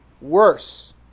worse